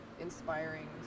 inspiring